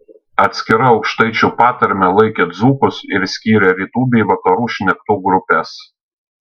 atskira aukštaičių patarme laikė dzūkus ir skyrė rytų bei vakarų šnektų grupes